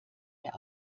mehr